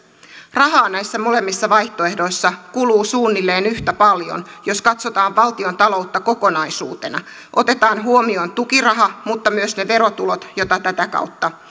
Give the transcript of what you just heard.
rahaa näissä molemmissa vaihtoehdoissa kuluu suunnilleen yhtä paljon jos katsotaan valtiontaloutta kokonaisuutena otetaan huomioon tukiraha mutta myös ne verotulot jotka tätä kautta